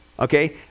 Okay